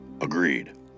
agreed